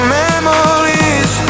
memories